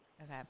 Okay